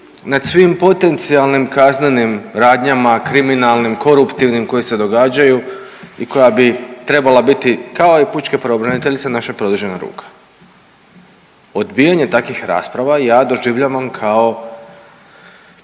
nad svim potencijalnim kaznenim radnjama, kriminalnim, koruptivnim koji se događaju i koja bi trebala biti kao i pučke pravobraniteljice naša produžena ruka. Odbijanje takvih rasprava ja doživljavam kao,